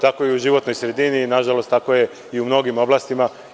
Tako je i u životnoj sredini, nažalost, tako je i u mnogim oblastima.